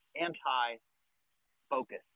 anti-focus